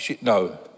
no